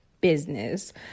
business